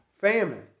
Famine